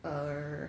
err